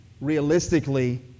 realistically